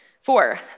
Four